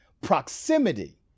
Proximity